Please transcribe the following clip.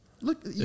look